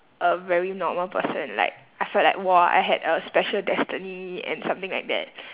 a very normal person like I felt like !wah! I had a special destiny and something like that